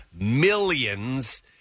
millions